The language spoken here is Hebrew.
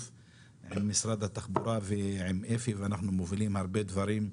עם משרד התחבורה ועם אפי ואנחנו מובילים הרבה דברים,